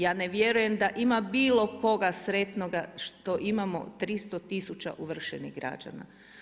Ja ne vjerujem da ima bilo koga sretnoga što imamo 300 tisuća ovršenih građana.